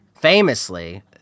famously